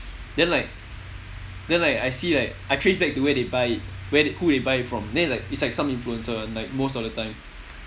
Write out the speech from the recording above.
then like then like I see like I trace back to where they buy it where who they buy it from then it's like it's like some influencer [one] like most of the time